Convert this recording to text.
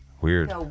Weird